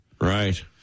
Right